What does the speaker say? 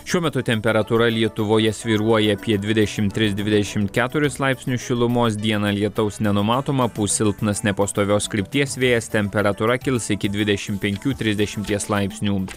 šiuo metu temperatūra lietuvoje svyruoja apie dvidešimt tris dvidešimt keturis laipsnius šilumos dieną lietaus nenumatoma pūs silpnas nepastovios krypties vėjas temperatūra kils iki dvidešimt penkių trisdešimties laipsnių